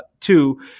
two